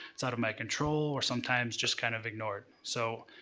it's out of my control, or sometimes, just kind of ignored. so,